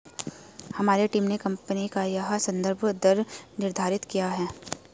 हमारी टीम ने कंपनी का यह संदर्भ दर निर्धारित किया है